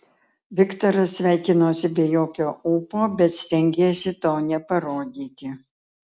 viktoras sveikinosi be jokio ūpo bet stengėsi to neparodyti